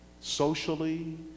socially